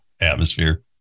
atmosphere